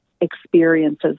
experiences